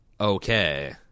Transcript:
okay